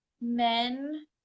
men